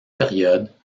période